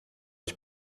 ich